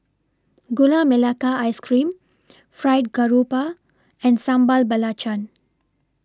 Gula Melaka Ice Cream Fried Garoupa and Sambal Belacan